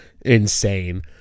Insane